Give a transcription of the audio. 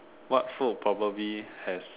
what food probably has